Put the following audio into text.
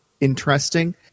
interesting